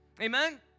Amen